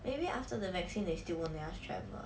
maybe after the vaccine they still won't let us travel